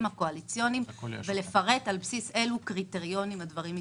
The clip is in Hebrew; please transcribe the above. הקואליציוניים ולפרט על בסיס אילו קריטריונים הדברים התקבלו.